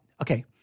okay